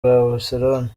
barcelona